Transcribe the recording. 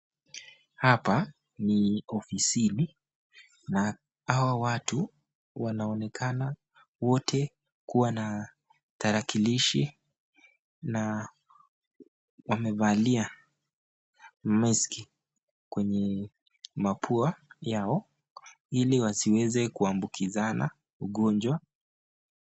Hapa ni ofisini na hawa watu wanaonekana wote kuwa na tarakilishi na wamevalia maski kwenye mapua yao ili wasiweze kuambukizana ugonjwa.